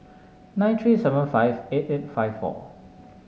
nine three seven five eight eight five four